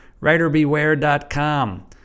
writerbeware.com